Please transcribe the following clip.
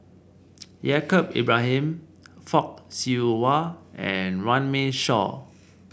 Yaacob Ibrahim Fock Siew Wah and Runme Shaw